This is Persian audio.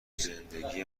زندگی